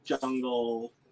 Jungle